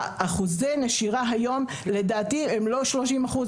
אחוזי הנשירה היום לדעתי הם לא שלושים אחוז,